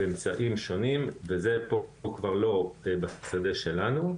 באמצעים שונים וזה כבר לא בשדה שלנו.